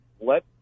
let